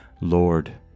Lord